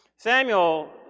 Samuel